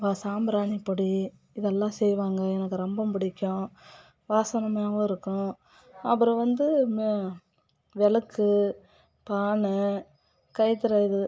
வ சாம்பிராணி பொடி இதெல்லாம் செய்வாங்க எனக்கு ரொம்ப பிடிக்கும் வாசனமாகவும் இருக்கும் அப்புறம் வந்து மே விளக்கு பான கயித்துற இது